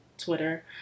Twitter